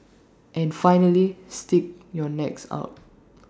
and finally stick your necks out